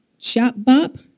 Shopbop